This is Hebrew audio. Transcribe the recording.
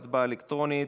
הצבעה אלקטרונית.